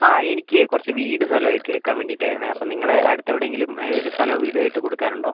ആ എനിക്കേ കുറച്ച് വീട് സ്ഥലം ആയിട്ട് എടുക്കാൻ വേണ്ടിയിട്ടായിരുന്നേ അപ്പോൾ നിങ്ങളുടെ അടുത്ത് എവിടെയെങ്കിലും സ്ഥലമോ വീടായിട്ട് കൊടുക്കാനുണ്ടോ